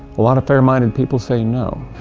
a lot of fair-minded people say no.